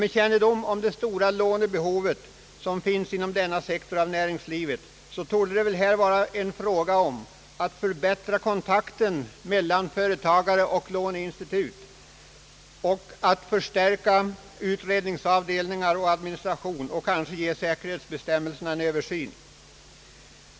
Med kännedom om det stora lånebehov som finns inom denna sektor av näringslivet torde det väl här vara en fråga om att förbättra kontakten mellan låneinstituten och företagarna, att förstärka utredningsavdelningar och administration och att kanske ge säkerhetsbestämmelserna en översyn.